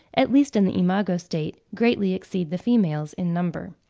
at least in the imago state, greatly exceed the females in number.